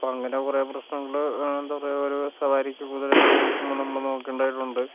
അപ്പോൾ അങ്ങനെ കുറെ പ്രശ്നങ്ങള് എന്താ പറയുക ഒരു സവാരിക്ക് കുതിരയെ തിരഞ്ഞെടുക്കുമ്പോൾ നമ്മള് നോക്കേണ്ടെതായിട്ടുണ്ട്